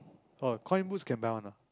oh coin boost can buy one ah